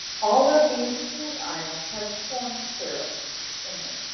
all of these food items have corn syrup in them.